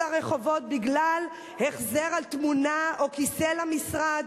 לרחובות בגלל החזר על תמונה או כיסא למשרד,